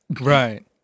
Right